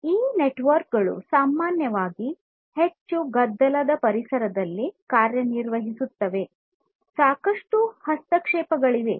ಈ ನೆಟ್ವರ್ಕ್ ಗಳು ಸಾಮಾನ್ಯವಾಗಿ ಹೆಚ್ಚು ಗದ್ದಲದ ಪರಿಸರದಲ್ಲಿ ಕಾರ್ಯನಿರ್ವಹಿಸುತ್ತವೆ ಸಾಕಷ್ಟು ಹಸ್ತಕ್ಷೇಪಗಳಿವೆ